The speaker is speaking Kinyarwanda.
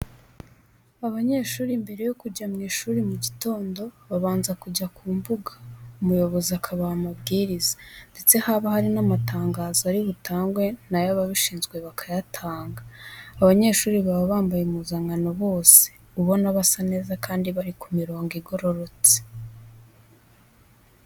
Abanyeshuri mbere yo kujya mu ishuri mu gitondo, babanza kujya mu mbuga umuyobozi akabaha amabwiriza, ndetse haba hari n'amatangazo ari butangwe na yo ababishinzwe bakayatanga. Abanyeshuri baba bambaye impuzankano bose, ubona basa neza kandi bari ku mirongo igororotse.